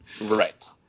Right